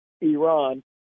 Iran